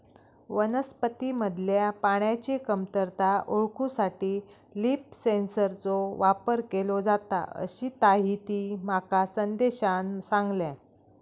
वनस्पतींमधल्या पाण्याची कमतरता ओळखूसाठी लीफ सेन्सरचो वापर केलो जाता, अशीताहिती माका संदेशान सांगल्यान